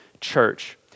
church